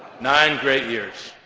nine great years,